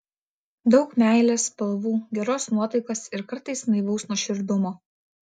daug meilės spalvų geros nuotaikos ir kartais naivaus nuoširdumo